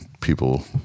people